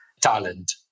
talent